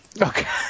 Okay